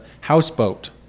houseboat